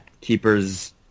keepers